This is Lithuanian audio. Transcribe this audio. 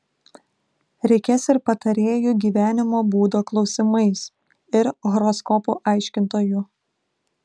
reikės ir patarėjų gyvenimo būdo klausimais ir horoskopų aiškintojų